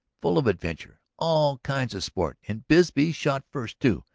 full of adventure, all kinds of sport. and bisbee shot first, too.